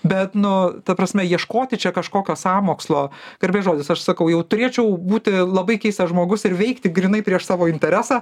bet nu ta prasme ieškoti čia kažkokio sąmokslo garbės žodis aš sakau jau turėčiau būti labai keistas žmogus ir veikti grynai prieš savo interesą